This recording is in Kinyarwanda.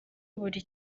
buri